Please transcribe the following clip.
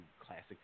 classic